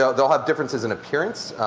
they'll they'll have differences in appearance.